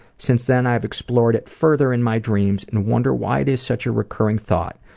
since then i have explored it further in my dreams, and wonder why it is such a recurring thought.